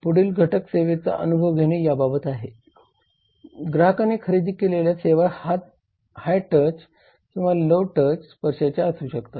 पुढील घटक सेवेचा अनुभव घेणे याबाबत आहे ग्राहकाने खरेदी केलेल्या सेवा हाय टच किंवा लोव टच स्पर्शाच्या असू शकतात